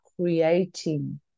creating